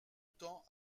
temps